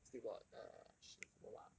still got err shit still got what ah